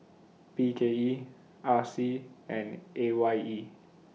B K E R C and A Y E